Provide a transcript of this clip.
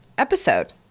episode